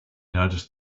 noticed